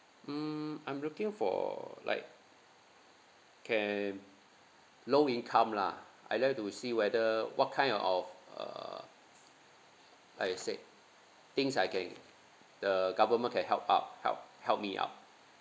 mm I'm looking for like can low income lah I'd like to see whether what kind of uh like you said things I can the government can help out help help me out